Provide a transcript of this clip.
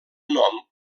nom